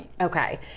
Okay